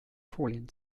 folien